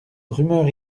rumeur